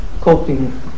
coping